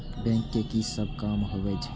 Bank के की सब काम होवे छे?